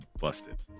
busted